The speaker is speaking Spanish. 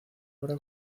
ahora